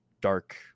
dark